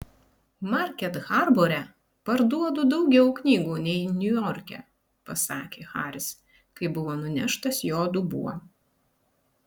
market harbore parduodu daugiau knygų nei niujorke pasakė haris kai buvo nuneštas jo dubuo